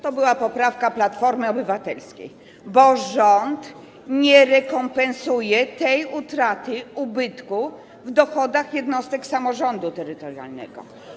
To była poprawka Platformy Obywatelskiej, bo rząd nie rekompensuje tej utraty, tego ubytku w dochodach jednostek samorządu terytorialnego.